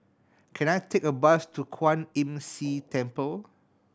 can I take a bus to Kwan Imm See Temple